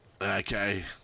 Okay